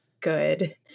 good